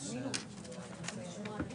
09:35.